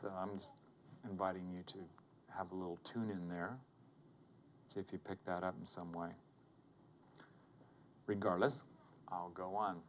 and inviting you to have a little tune in there if you pick that up some way regardless i'll go on